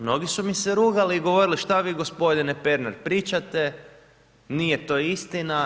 Mnogi su mi se rugali i govorili šta vi gospodine Pernar pričate, nije to istina.